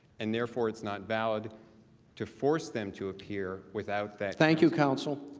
and therefore it's not valid to force them to appear without that. thank you counsel.